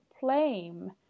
blame